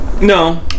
No